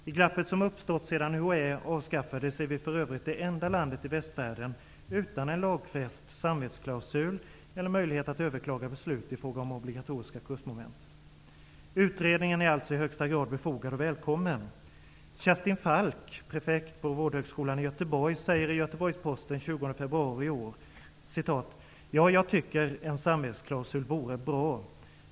I glappet som uppstått sedan UHÄ avskaffades är vi för övrigt det enda landet i västvärlden utan en lagfäst samvetsklausul eller möjlighet att överklaga beslut ifråga om obligatoriska kursmoment. Utredningen är alltså i högsta grad befogad och välkommen. Kerstin Falck, prefekt på vårdhögskolan i Göteborg, säger i Göteborgsposten den 20 februari i år: ''Ja, jag tycker en samvetsklausul vore bra.